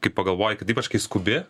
kai pagalvoji kad ypač kai skubi